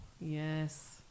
yes